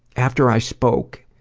after i spoke,